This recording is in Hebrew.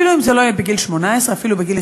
אפילו אם זה לא יהיה בגיל 18, אפילו בגיל